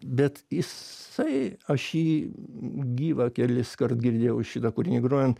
bet jisai aš jį gyvą keliskart girdėjau šitą kūrinį grojant